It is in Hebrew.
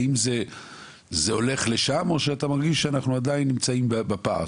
האם זה הולך לשם או שאתה מרגיש שאנחנו עדיין נמצאים בפער?